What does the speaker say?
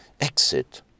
exit